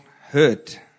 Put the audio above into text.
hurt